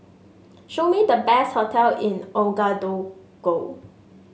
show me the best hotel in Ouagadougou